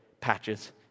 patches